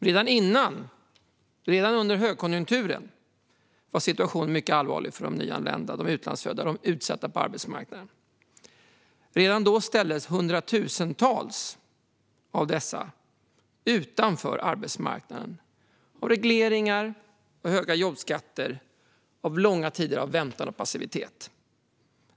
Redan under högkonjunkturen var situationen allvarlig för de nyanlända, de utlandsfödda, de utsatta på arbetsmarknaden. Redan då ställdes hundratusentals av dessa utanför arbetsmarknaden på grund av regleringar, höga jobbskatter och långa tider av väntan och passivitet.